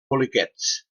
poliquets